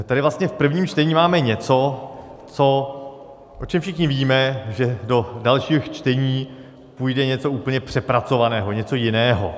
Tady vlastně v prvním čtení máme něco, o čem všichni víme, že do dalšího čtení půjde něco úplně přepracovaného, něco jiného.